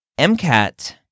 MCAT